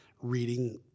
reading